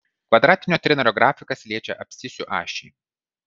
kvadratinio trinario grafikas liečia abscisių ašį